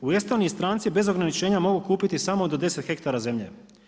U Estoniji stranci bez ograničenja mogu kupiti samo do deset hektara zemlje.